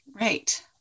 Right